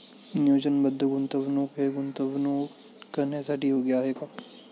नियोजनबद्ध गुंतवणूक हे गुंतवणूक करण्यासाठी योग्य आहे का?